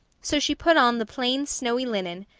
so she put on the plain snowy linen,